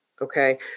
Okay